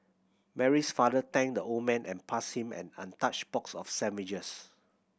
Mary's father thanked the old man and passed him an untouched box of sandwiches